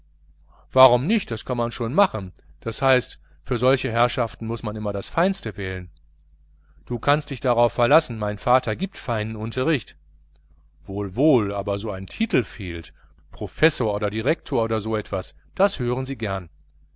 warum nicht das kann man schon machen das heißt für solche herrschaften muß man immer das feinste wählen du kannst dich darauf verlassen mein vater gibt feinen unterricht wohl wohl aber so ein titel fehlt professor oder direktor oder so etwas das hören sie gern